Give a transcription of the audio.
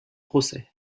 procès